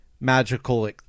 magical